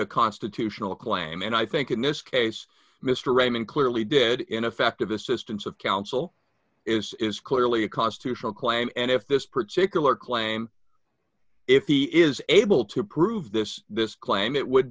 a constitutional claim and i think in this case mr raymond clearly did ineffective assistance of counsel is is clearly a constitutional claim and if this particular claim if he is able to prove this this claim it would